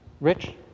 rich